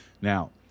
Now